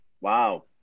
wow